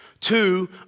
Two